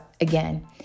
again